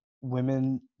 women